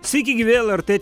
sveiki gyvi lrt